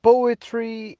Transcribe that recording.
Poetry